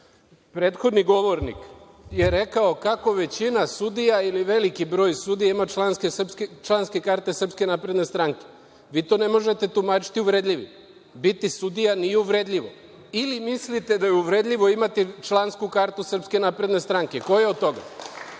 repliku. Prethodni govornik je rekao kako većina sudija ili veliki broj sudija ima članske karte Srpske napredne stranke. Vi to ne možete tumačiti uvredljivim. Biti sudija nije uvredljivo. Ili mislite da je uvredljivo imati člansku kartu SNS? Koje od